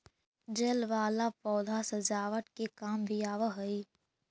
जल वाला पौधा सजावट के काम भी आवऽ हई